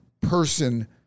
person